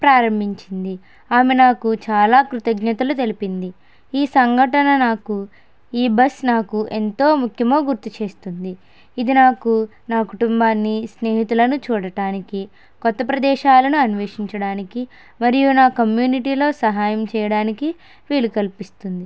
ప్రారంభించింది ఆమె నాకు చాలా కృతజ్ఞతలు తెలిపింది ఈ సంఘటన నాకు ఈ బస్ నాకు ఎంతో ముఖ్యమో గుర్తుచేసింది ఇది నాకు నా కుటుంబాన్ని నా స్నేహితులని చూడటానికి కొత్త ప్రదేశాలను అన్వేషించడానికి మరియు నా కమ్యూనిటీలో సహాయం చేయడానికి వీలు కల్పిస్తుంది